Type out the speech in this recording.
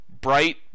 bright